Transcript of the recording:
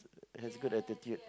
has good attitude